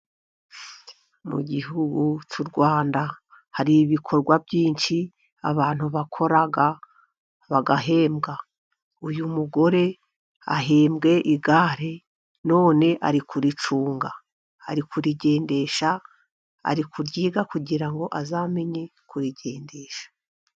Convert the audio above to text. Mu gihugu cy'u Rwanda hari ibikorwa byinshi abantu bakora bagahembwa. Uyu mugore ahembwe igare, none ari kuricunga, ari kurigendesha aryiga kugira ngo azamenye kurigendesha.